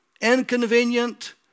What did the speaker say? Inconvenient